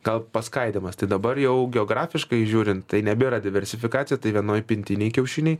gal paskaidymas tai dabar jau geografiškai žiūrint tai nebėra diversifikacija tai vienoj pintinėj kiaušiniai